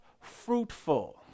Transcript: fruitful